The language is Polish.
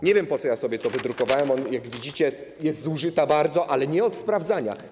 Nie wiem, po co sobie to wydrukowałem - on, jak widzicie, jest zużyty bardzo, ale nie od sprawdzania.